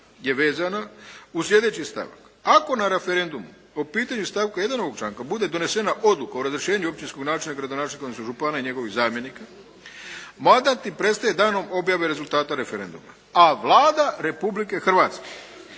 je vezano uz sljedeći stavak. Ako na referendumu o pitanju stavka 1. ovog članka bude donesena odluka o razrješenju općinskog načelnika, gradonačelnika odnosno župana i njegovih zamjenika mandat ti prestaje danom objave rezultata referenduma. A Vlada Republike Hrvatske